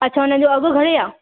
अच्छा उनजो अघि घणे आहे